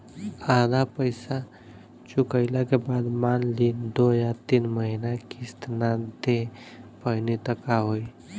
आधा पईसा चुकइला के बाद मान ली दो या तीन महिना किश्त ना दे पैनी त का होई?